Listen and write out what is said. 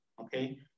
Okay